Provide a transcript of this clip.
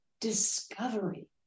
discovery